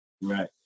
right